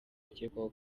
bakekwaho